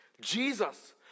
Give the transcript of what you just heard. Jesus